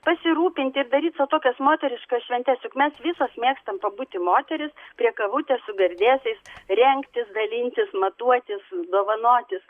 pasirūpinti ir daryt sau tokias moteriškas šventes juk mes visos mėgstam pabūti moterys prie kavutės su gardėsiais rengtis dalintis matuotis dovanotis